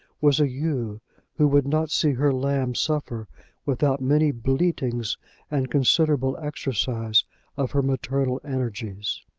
was a ewe who would not see her lamb suffer without many bleatings and considerable exercise of her maternal energies.